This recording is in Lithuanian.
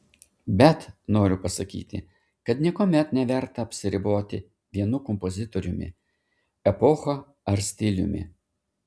bet noriu pasakyti kad niekuomet neverta apsiriboti vienu kompozitoriumi epocha ar stiliumi